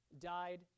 died